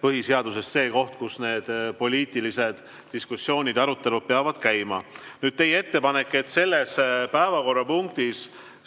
põhiseadusest see koht, kus niisugused poliitilised diskussioonid ja arutelud peavad käima. Nüüd teie ettepanekust, et selles päevakorrapunktis